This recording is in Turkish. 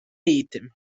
eğitim